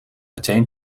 meteen